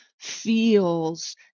feels